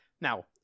now